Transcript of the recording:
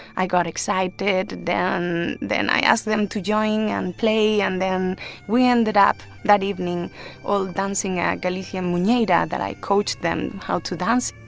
i got excited. then then i asked them to join and play. and then we ended up that evening all dancing a galician muineira yeah and that i coached them how to dance.